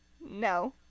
No